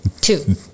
two